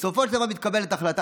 ובסופו של דבר מתקבלת החלטה.